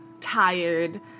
tired